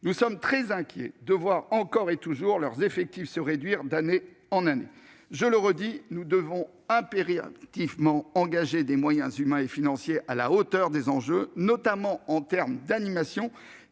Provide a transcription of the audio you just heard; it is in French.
Nous sommes très inquiets de voir encore et toujours les effectifs de ces acteurs se réduire d'année en année. Je le redis, nous devons impérativement engager des moyens humains et financiers à la hauteur des enjeux, notamment en matière d'animation.